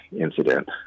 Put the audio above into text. incident